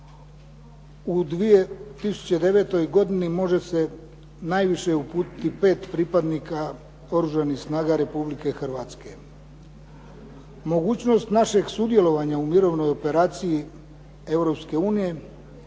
u 2009. godini može se najviše uputiti pet pripadnika Oružanih snaga Republike Hrvatske. Mogućnost našeg sudjelovanja u mirovnoj operaciji